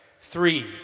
Three